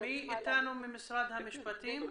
מי איתנו ממשרד המשפטים?